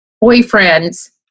boyfriend's